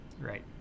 Right